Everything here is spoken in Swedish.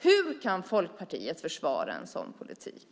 Hur kan Folkpartiet försvara en sådan politik?